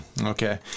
Okay